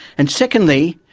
and secondly,